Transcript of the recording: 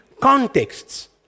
contexts